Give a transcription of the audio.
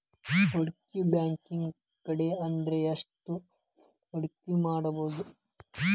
ಹೂಡ್ಕಿ ಬ್ಯಾಂಕ್ನ್ಯಾಗ್ ಕಡ್ಮಿಅಂದ್ರ ಎಷ್ಟ್ ಹೂಡ್ಕಿಮಾಡ್ಬೊದು?